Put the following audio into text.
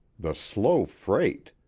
the slow freight!